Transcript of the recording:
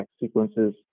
sequences